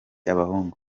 abahungu